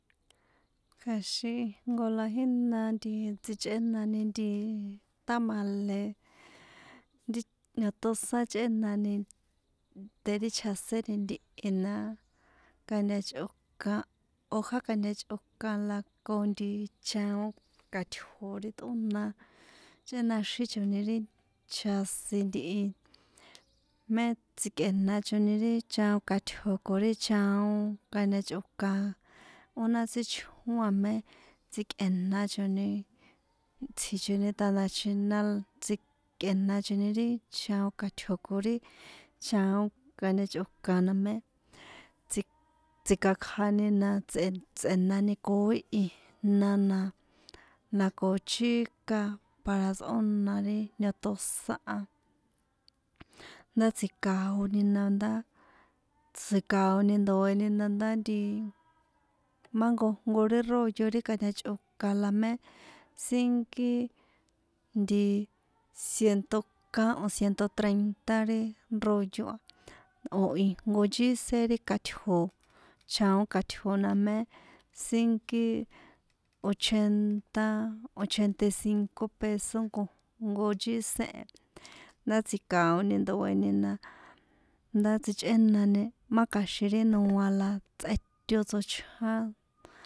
Kja̱xin ijnko a jína nti sichꞌénani nti tamale nti niotosan chꞌénani de ri chjaseni ntihi na nkatachꞌokan hoja nkatachꞌokan la ko nti chjaon kaṭjo̱ ri tꞌóna chꞌénaxinchoni ri chjasin ntihi mé tsikꞌe̱nachoni ri chaon kaṭjo̱ ko ri chaon kantachꞌokan ó na tsíchjón a mé tsikꞌe̱nachoni tsji̱choni ta ndáchjina tsj tsi̱kꞌenachoni ri chjaon kaṭjo̱ ko ri chaon nkantachꞌokan na mé tsikakjani ni tsꞌe̱nani koi ijna na na ko chíka para tsꞌóna ri ñotosán anda tsjikaoni na ndá tsjikaoni ndoe̱ni na ndá má jnko ri rollo ri kantachꞌokan na mé sínkí nticiento kán o̱ ciento treinta ri rollo a o̱ ijnko nchésen ri chaon kaṭjo̱ chaon kaṭjo̱ na é sínki ochenta ochenta cinco peso jnkojnko nchísen ndá tsji̱kaoni ndoe̱ni ndá sichꞌénani má kja̱xin ri noa la tsꞌéto tsochján.